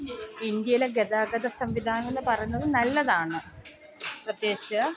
ഇന്ത്യയിലെ ഗതാഗത സംവിധാനം എന്ന് പറയുന്നത് നല്ലതാണ് പ്രത്യേകിച്ച്